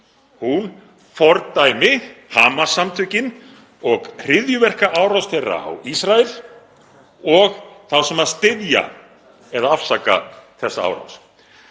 hún fordæmi Hamas-samtökin og hryðjuverkaárás þeirra á Ísrael og þá sem styðja eða afsaka þessa árás.